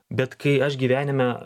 bet kai aš gyvenime